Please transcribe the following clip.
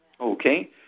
Okay